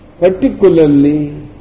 particularly